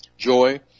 Joy